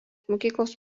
mokyklos